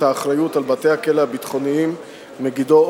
האחריות לבתי-הכלא הביטחוניים "מגידו",